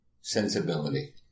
Sensibility